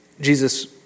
Jesus